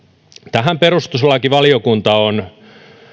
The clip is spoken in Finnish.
tähän perustuslakivaliokunta on